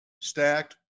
stacked